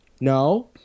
No